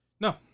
No